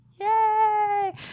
Yay